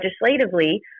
legislatively